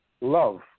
love